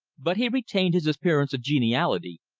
but he retained his appearance of geniality,